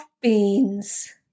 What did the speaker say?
beans